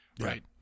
Right